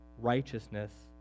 righteousness